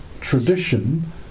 tradition